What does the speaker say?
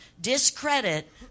discredit